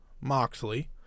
Moxley